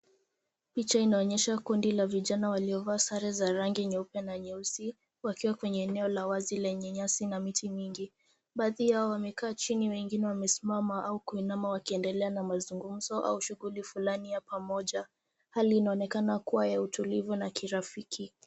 Picha inaonyesha kundi la vijana waliovaa sare za rangi nyeupe na nyeusi wakiwa kwenye eneo la wazi lenye nyasi na miti mingi. Baadhi yao wamekaa chini, wengine wamesimama au kuinama wakiendelea na mazungumzo au shughuli fulani ya pamoja. Hali inaonekana kuwa ya utulivu na ya kirafiki.